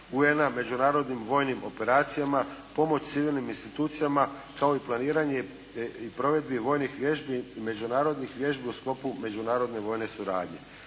UN-a, međunarodnim vojnim operacijama, pomoć civilnim institucijama, kao i planiranje provedbi vojnih vježbi i međunarodnih vježbi u sklopu međunarodne vojne suradnje.